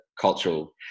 cultural